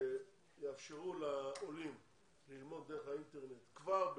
שתאפשרו לעולים ללמוד דרך האינטרנט כבר בחו"ל,